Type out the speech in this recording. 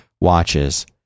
Watches